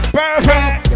perfect